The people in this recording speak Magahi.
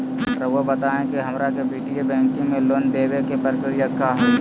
रहुआ बताएं कि हमरा के वित्तीय बैंकिंग में लोन दे बे के प्रक्रिया का होई?